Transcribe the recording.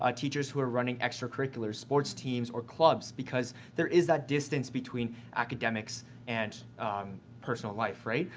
ah teachers who are running extracurricular sports teams or clubs, because there is that distance between academics and personal life, right?